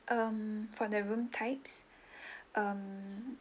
um for the room types um